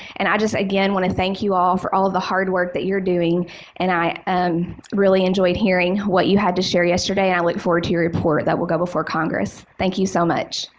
and i just, again, want to thank you all for all the hard that you're doing and i am really enjoyed hearing what you had to share yesterday. i look forward to your report that will go before congress. thank you so much.